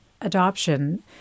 adoption